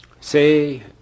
Say